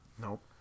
Nope